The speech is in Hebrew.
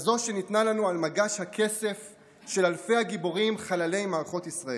כזו שניתנה לנו על מגש הכסף של אלפי הגיבורים חללי מערכות ישראל,